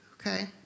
okay